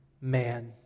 man